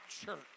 church